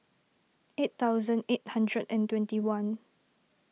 eight thousand eight hundred and twenty one